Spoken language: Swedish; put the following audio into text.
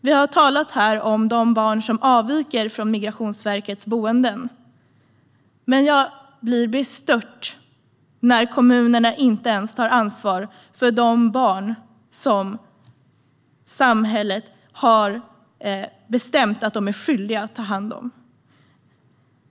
Vi har här talat om de barn som avviker från Migrationsverkets boenden, men jag blir bestört när kommunerna inte ens tar ansvar för de barn samhället har bestämt att de är skyldiga att ta hand om.